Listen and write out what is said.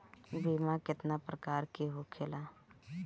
बीमा केतना प्रकार के होखे ला?